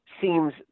seems